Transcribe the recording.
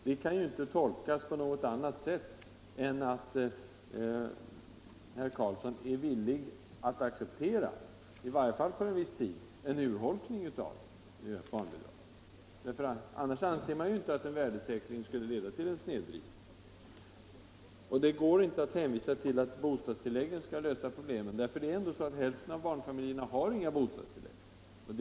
Det kan inte tolkas på annat sätt än att han är villig att acceptera en urholkning av barnbidragen åtminstone för viss tid. Annars anser man inte att en värdesäkring skulle leda till en snedvridning. Det går inte att hänvisa till att bostadstilläggen skall lösa problemen. Hälften av barnfamiljerna har inga bostadstillägg.